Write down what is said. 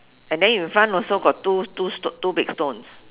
and then in front also got two two st~ two big stones